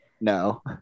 No